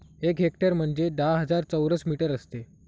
एक हेक्टर म्हणजे दहा हजार चौरस मीटर असते